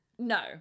No